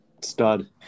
Stud